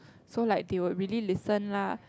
so like they will really listen lah